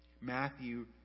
Matthew